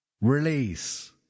Release